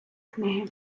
книги